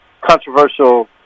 controversial